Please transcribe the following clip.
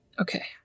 Okay